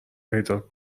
پیدات